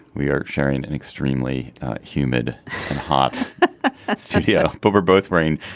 we are sharing an extremely humid and hot studio but we're both wearing